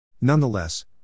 Nonetheless